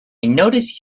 notice